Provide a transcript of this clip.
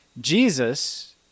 Jesus